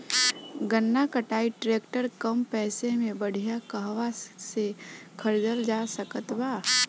गन्ना कटाई ट्रैक्टर कम पैसे में बढ़िया कहवा से खरिदल जा सकत बा?